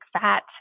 fat